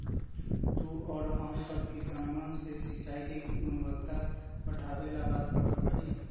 तू और हम सब किसनवन से सिंचाई के गुणवत्ता बढ़ावे ला बात कर सका ही